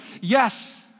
yes